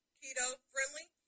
keto-friendly